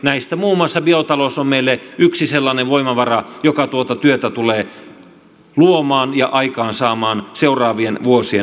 näistä muun muassa biotalous on meille yksi sellainen voimavara joka tuota työtä tulee luomaan ja aikaansaamaan seuraavien vuosien aikana